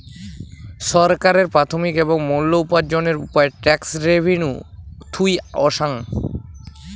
ছরকারের প্রাথমিক এবং মুল উপার্জনের উপায় ট্যাক্স রেভেন্যু থুই অসাং